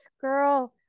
girl